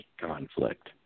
conflict